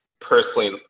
personally